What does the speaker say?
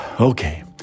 Okay